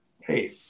Hey